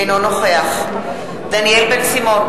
אינו נוכח דניאל בן-סימון,